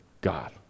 God